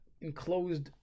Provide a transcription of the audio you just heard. enclosed